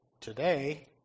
today